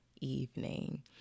evening